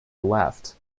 left